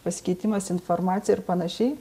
pasikeitimas informacija ir panašiai